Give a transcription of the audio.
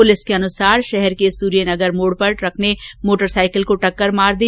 police के अनुसार शहर के सूर्य नगर मोड पर ट्रक ने मोटरसाइकिल को टक्कर मार दी